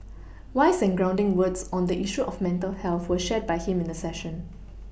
wise and grounded words on the issue of mental health were shared by him in the session